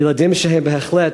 וילדים שהם בהחלט